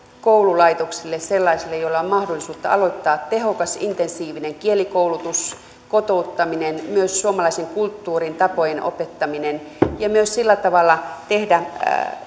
koululaitoksille sellaisille joilla on mahdollisuutta aloittaa tehokas intensiivinen kielikoulutus ja kotouttaminen ja myös suomalaisen kulttuurin tapojen opettaminen ja myös sillä tavalla tehdä